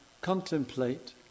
contemplate